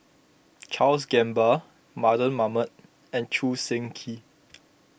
Charles Gamba Mardan Mamat and Choo Seng Quee